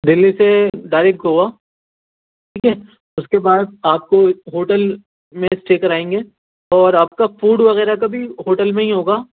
دہلی سے ڈائریکٹ گوا ٹھیک ہے اس کے بعد آپ کو ہوٹل میں اسٹے کرائیں گے اور آپ کا فوڈ وغیرہ کا بھی ہوٹل میں ہی ہوگا